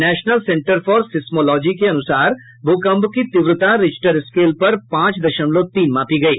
national centre for seismology के अनुसार भूकम्प की तीव्रता रेक्टर स्केल पर पांच दशमलव तीन मापी गयी